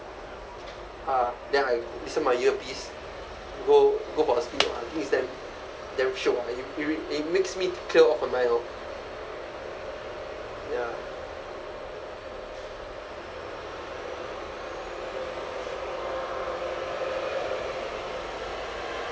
ah then I listen my earpiece go go for a spin I think it's damn damn shiok ah you it makees me clear off my mind lor ya